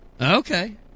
Okay